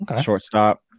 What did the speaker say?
shortstop